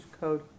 code